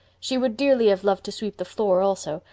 she would dearly have loved to sweep the floor also,